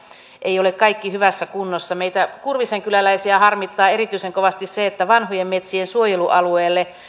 ei ole kaikki hyvässä kunnossa meitä kurvisen kyläläisiä harmittaa erityisen kovasti se että vanhojen metsien suojelualueelle